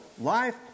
Life